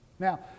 Now